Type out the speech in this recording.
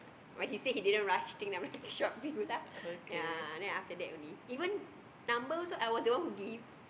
but he say he didn't rush thing lah like sure up to you lah ya then after that only even number also I was the one who give